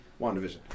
WandaVision